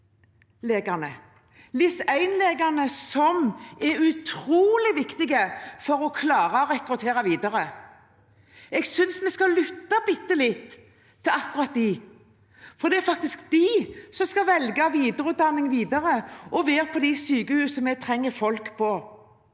LIS1-legene, som er utrolig viktige for å klare å rekruttere videre. Jeg synes vi skal lytte litt til akkurat dem, for det er de som skal velge videreutdanning og være på de sykehusene vi trenger folk på.